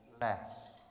less